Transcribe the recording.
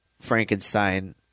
Frankenstein